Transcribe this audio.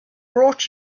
brought